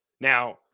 Now